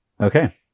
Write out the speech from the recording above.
Okay